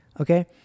okay